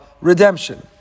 redemption